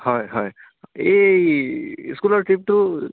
হয় হয় এই স্কুলৰ ট্ৰিপটো